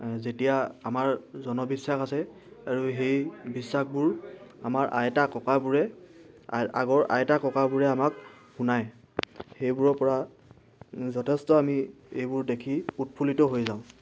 যেতিয়া আমাৰ জনবিশ্বাস আছে আৰু সেই বিশ্বাসবোৰ আমাৰ আইতা ককাবোৰেই আগৰ আইতা ককাবোৰে আমাক শুনাই সেইবোৰৰ পৰা যথেষ্ট আমি এইবোৰ দেখি উৎফুল্লিত হৈ যাওঁ